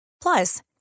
Plus